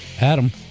Adam